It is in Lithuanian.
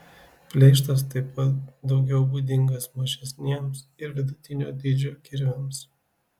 pleištas taip pat daugiau būdingas mažesniems ir vidutinio dydžio kirviams